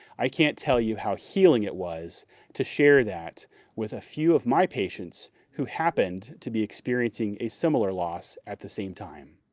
i can't tell you how healing it was to share that with a few of my patients who happened to be experiencing a similar loss at the same time.